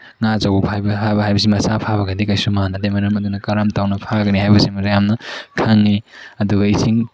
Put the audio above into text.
ꯉꯥ ꯑꯆꯧꯕ ꯐꯥꯕ ꯍꯥꯏꯕꯁꯤ ꯃꯆꯥ ꯐꯕꯒꯗꯤ ꯀꯩꯁꯨ ꯃꯥꯟꯅꯗꯦ ꯃꯔꯝ ꯑꯗꯨꯅ ꯀꯔꯝ ꯇꯧꯅ ꯐꯥꯒꯅꯤ ꯍꯥꯏꯕꯁꯤꯃꯁꯨ ꯌꯥꯝꯅ ꯈꯪꯏ ꯑꯗꯨꯒ ꯏꯁꯤꯡ